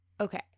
Okay